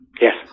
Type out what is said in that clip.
Yes